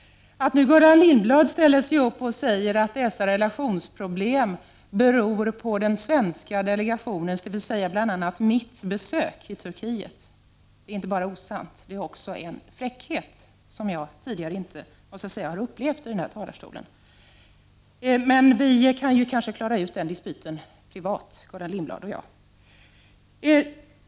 Att nu Gullan Lindblad ställer sig upp och säger att dessa relationsproblem beror på den svenska delegationens — dvs. bl.a. mitt — besök i Turkiet är inte bara osant. Det är också en fräckhet, som jag inte tidigare har upplevt från denna talarstol, det måste jag säga. Men vi kanske kan klara ut den dispyten privat, Gullan Lindblad och jag.